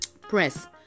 press